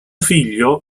figlio